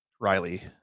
Riley